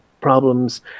problems